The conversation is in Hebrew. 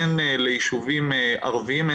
הן ליישובים ערביים,